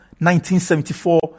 1974